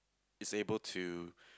is able to